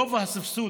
גובה הסבסוד,